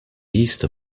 easter